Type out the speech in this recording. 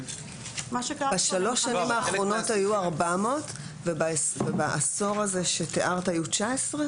בשלוש שנים האחרונות היו 400 ובעשור הזה שתיארת היו 19?